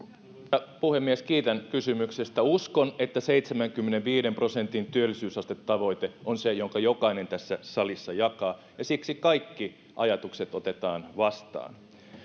arvoisa puhemies kiitän kysymyksestä uskon että seitsemänkymmenenviiden prosentin työllisyysastetavoite on se jonka jokainen tässä salissa jakaa ja siksi kaikki ajatukset otetaan vastaan